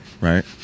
Right